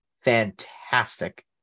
fantastic